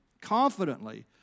confidently